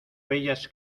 bellas